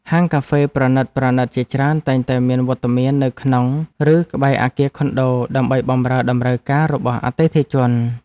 ហាងកាហ្វេប្រណីតៗជាច្រើនតែងតែមានវត្តមាននៅក្នុងឬក្បែរអគារខុនដូដើម្បីបម្រើតម្រូវការរបស់អតិថិជន។